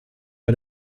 bei